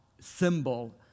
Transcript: symbol